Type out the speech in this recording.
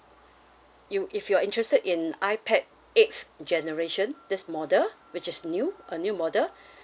you if you are interested in iPad eight generation this model which is new a new model